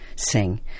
sing